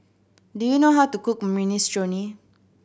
do you know how to cook Minestrone